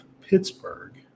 Pittsburgh